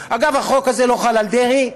אגב, החוק הזה לא חל על דרעי,